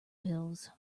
pills